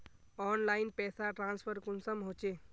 Online पैसा transfer कुंसम होचे?